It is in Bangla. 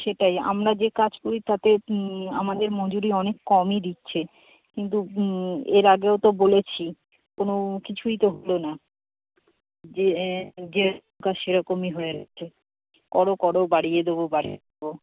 সেটাই আমরা যে কাজ করি তাতে আমাদের মজুরি অনেক কমই দিচ্ছে কিন্তু এর আগেও তো বলেছি কোনো কিছুই তো হল না যে সেরকমই হয়ে আছে করো করো বাড়িয়ে দেবো বাড়িয়ে দেবো